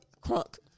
crunk